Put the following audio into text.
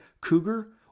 Cougar